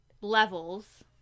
levels